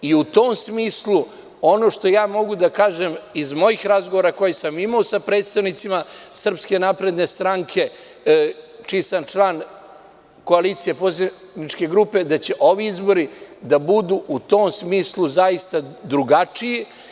U tom smislu ono što mogu da kažem iz mojih razgovora, koje sam imao sa predstavnicima SNS, čiji sam član koalicije poslaničke grupe, da će ovi izbori da budu u tom smislu zaista drugačiji.